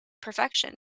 perfection